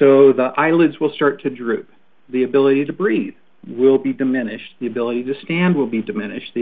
so the eyelids will start to droop the ability to breathe will be diminished the ability to stand will be diminished the